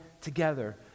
together